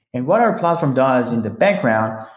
and what our platform does in the background,